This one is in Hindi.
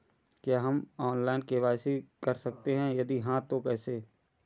क्या हम ऑनलाइन के.वाई.सी कर सकते हैं यदि हाँ तो कैसे?